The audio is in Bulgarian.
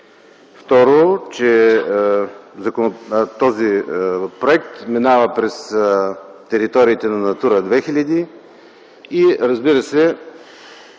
Второ, че този проект минава през териториите на Натура 2000. Факт е,